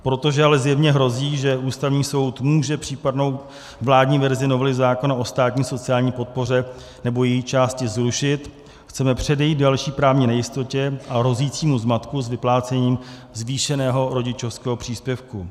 Protože ale zjevně hrozí, že Ústavní soud může případnou vládní verzi novely zákona o státní sociální podpoře nebo její části zrušit, chceme předejít další právní nejistotě a hrozícímu zmatku s vyplácením zvýšeného rodičovského příspěvku.